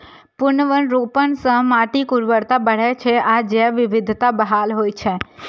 पुनर्वनरोपण सं माटिक उर्वरता बढ़ै छै आ जैव विविधता बहाल होइ छै